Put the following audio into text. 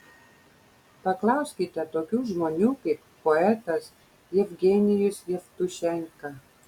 paklauskite tokių žmonių kaip poetas jevgenijus jevtušenka